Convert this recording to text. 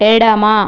ఎడమ